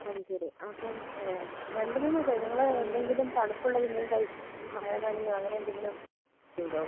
അത് ശരി അപ്പം രണ്ട് മൂന്ന് ദിവസമായി നിങ്ങൾ എന്തെങ്കിലും തണുപ്പുള്ള എന്തെങ്കിലും കഴിച്ച് മഴ നനയുവോ അങ്ങനെ എന്തെങ്കിലും ചെയ്തോ